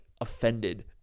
offended